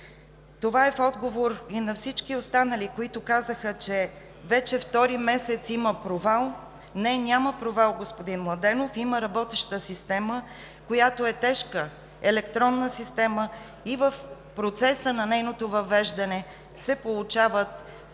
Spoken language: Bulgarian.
Това е в отговор и на всички останали, които казаха, че вече втори месец има провал. Не, няма провал, господин Младенов, има работеща система, която е тежка електронна система, и в процеса на нейното въвеждане се получават